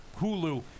Hulu